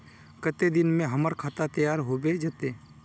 केते दिन में हमर खाता तैयार होबे जते?